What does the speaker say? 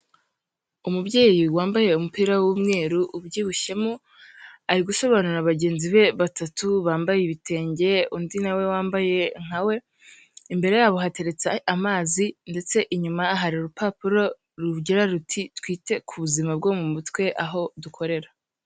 Umubyeyi wambaye umupira w'umweru ubyibushyemo, ari gusobanurira bagenzi be batatu bambaye ibitenge, undi na we wambaye nka we, imbere yabo hateretse amazi ndetse inyuma hari urupapuro rugira ruti: "Twite ku buzima bwo mu mutwe, aho dukorera."